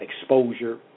exposure